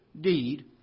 deed